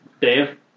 Dave